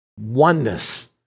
oneness